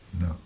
No